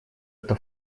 это